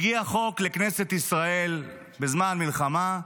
הגיע חוק לכנסת ישראל בזמן מלחמה,